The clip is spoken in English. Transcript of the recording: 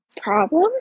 problem